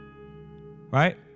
Right